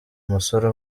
umusore